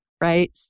right